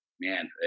man